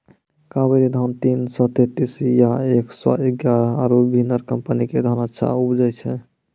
कावेरी धान तीन सौ तेंतीस या एक सौ एगारह आरु बिनर कम्पनी के धान अच्छा उपजै छै?